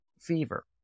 fever